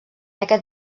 aquest